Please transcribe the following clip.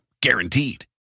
guaranteed